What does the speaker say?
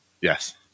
Yes